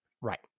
Right